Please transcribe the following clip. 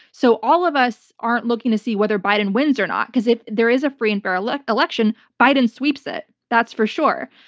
so all of us aren't looking to see whether biden wins or not because if there is a free and fair election, biden sweeps it, that's for sure.